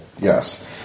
yes